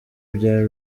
bya